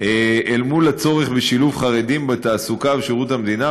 אל מול הצורך בשילוב חרדים בתעסוקה בשירות המדינה,